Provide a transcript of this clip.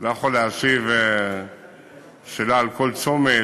לא יכול להשיב על שאלה על כל צומת,